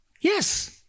Yes